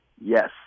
yes